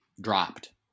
dropped